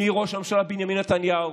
מראש הממשלה בנימין נתניהו